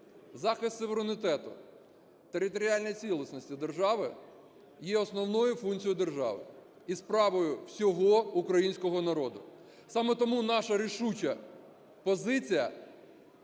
захист суверенітету, територіальної цілісності держави є основною функцією держави і справою всього українського народу. Саме тому наша рішуча позиція